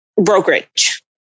brokerage